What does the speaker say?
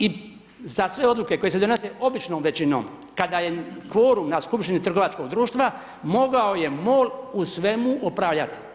I za sve odluke koje se donose običnom većinom kada je kvorum na skupštini trgovačkog društva mogao je MOL u svemu upravljati.